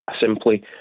simply